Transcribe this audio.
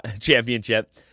championship